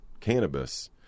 cannabis